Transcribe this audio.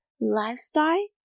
lifestyle